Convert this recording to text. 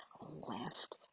last